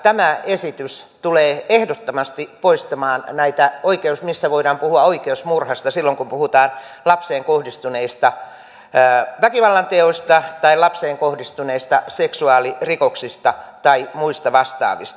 tämä esitys tulee ehdottomasti poistamaan näitä tilanteita missä voidaan puhua oikeusmurhasta silloin kun puhutaan lapseen kohdistuneista väkivallanteoista tai lapseen kohdistuneista seksuaalirikoksista tai muista vastaavista